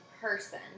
person